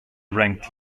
ranked